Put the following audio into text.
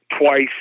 twice